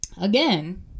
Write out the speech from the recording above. again